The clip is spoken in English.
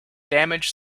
damage